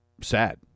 sad